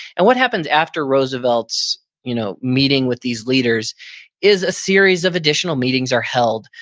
and what happens after roosevelt's you know meeting with these leaders is a series of additional meetings are held,